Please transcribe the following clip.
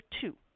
two